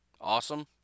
awesome